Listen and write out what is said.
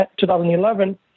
2011